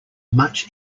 much